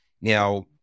Now